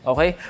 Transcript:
Okay